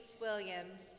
Williams